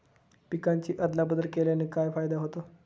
पिकांची अदला बदल केल्याने काय फायदा होतो?